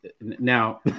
now